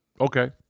Okay